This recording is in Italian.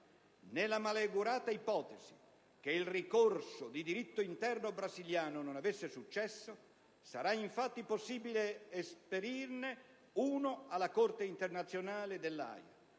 Nella malaugurata ipotesi che il ricorso di diritto interno brasiliano non avesse successo, sarà infatti possibile esperirne uno alla Corte internazionale di